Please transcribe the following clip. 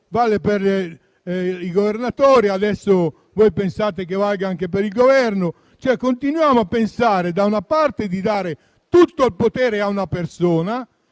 per i governatori e adesso pensate che valga anche per il Governo. Continuiamo cioè a pensare, da una parte, di dare tutto il potere a una persona,